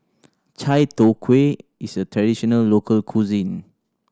chai tow kway is a traditional local cuisine